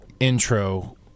Intro